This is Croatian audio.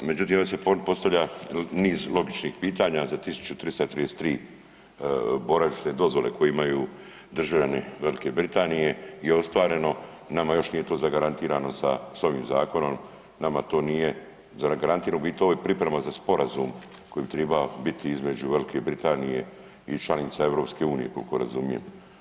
Međutim, ovdje se postavlja niz logičnih pitanja za 1333 boravišne dozvole koje imaju državljani Velike Britanije je ostvareno, nama još nije to zagarantirano sa, s ovim zakonom, nama to nije zagarantirano, u biti ovo je priprema za sporazum koji bi triba biti između Velike Britanije i članica EU, koliko razumijem.